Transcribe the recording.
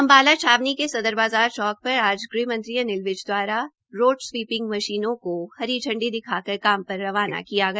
अम्बाला छावनी के सदर बाज़ार चौक आज ग़हमंत्री अनिल विज दवारा रोड स्वीपिंग मशीनों को हरी झंडी दिखाकर काम पर रवाना किया गया